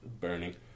burning